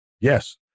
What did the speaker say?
Yes